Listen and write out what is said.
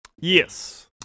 Yes